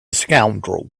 scoundrel